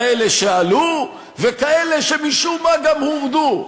כאלה שעלו וכאלה שמשום מה גם הורדו.